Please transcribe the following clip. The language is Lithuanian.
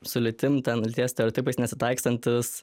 su lytim ten lyties stereotipais nesitaikstantis